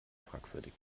fragwürdig